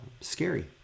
scary